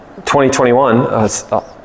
2021